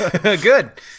Good